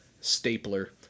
Stapler